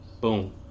Boom